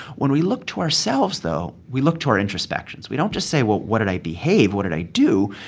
when we look to ourselves, though, we look to our introspections. we don't just say, well, what did i behave? what did i do?